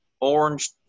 orange